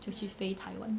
就去飞 taiwan